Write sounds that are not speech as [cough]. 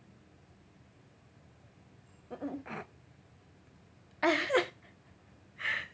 [laughs]